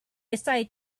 decided